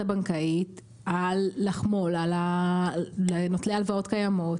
הבנקאית לחמול על נוטלי הלוואות קיימות,